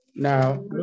Now